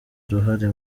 uruhare